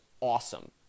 awesome